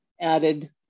added